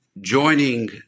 joining